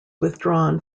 withdrawn